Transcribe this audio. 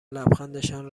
لبخندشان